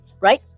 right